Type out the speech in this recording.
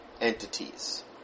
entities